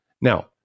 Now